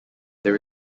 there